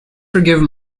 forgive